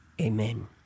Amen